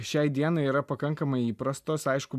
šiai dienai yra pakankamai įprastos aišku